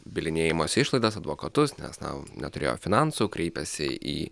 bylinėjimosi išlaidas advokatus nes na neturėjo finansų kreipėsi į